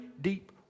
deep